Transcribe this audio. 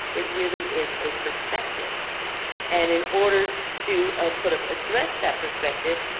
it really is a perspective and in order to sort of address that perspective,